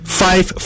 five